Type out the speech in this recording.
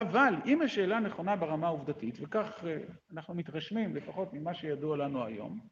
אבל אם השאלה נכונה ברמה העובדתית, וכך אנחנו מתרשמים לפחות ממה שידוע לנו היום.